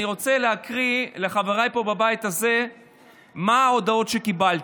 אני רוצה להקריא לחבריי פה בבית הזה מה ההודעות שקיבלתי.